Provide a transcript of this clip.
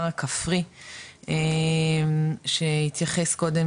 זה קורה,